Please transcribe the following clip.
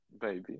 Baby